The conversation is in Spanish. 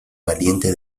valiente